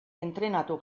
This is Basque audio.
entrenatu